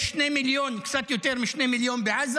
יש קצת יותר משני מיליון בעזה,